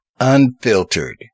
unfiltered